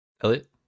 Elliot